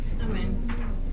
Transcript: Amen